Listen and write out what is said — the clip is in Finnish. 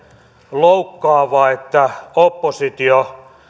loukkaavaa että oppositio